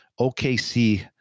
OKC